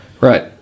Right